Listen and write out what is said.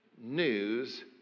news